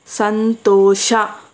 ಸಂತೋಷ